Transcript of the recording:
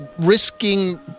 risking